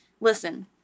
Listen